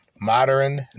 Modern